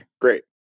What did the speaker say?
great